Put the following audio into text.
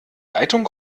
leitung